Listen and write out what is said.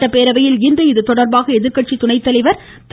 சட்டப்பேரவையில் இன்று இதுதொடர்பாக எதிர்க்கட்சி துணை தலைவர் திரு